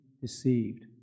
deceived